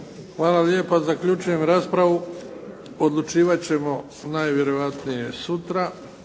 Hvala lijepa. Zaključujem raspravu. Odlučivat ćemo navjerovatnije sutra.